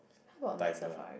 tiger